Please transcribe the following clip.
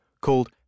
called